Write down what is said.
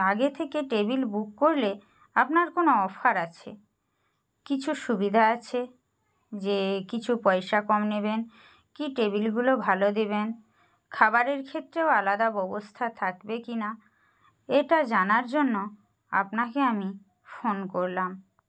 আগে থেকে table book করলে আপনার কোনো অফার আছে কিছু সুবিধা আছে যে কিছু পয়সা কম নেবেন কি টেবিলগুলো ভালো দেবেন খাবারের ক্ষেত্রেও আলাদা ব্যবস্থা থাকবে কি না এটা জানার জন্য আপনাকে আমি ফোন করলাম